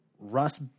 Russ